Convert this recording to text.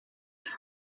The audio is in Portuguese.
ele